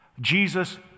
Jesus